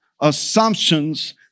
assumptions